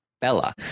Bella